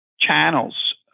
channels